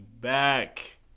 back